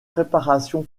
préparation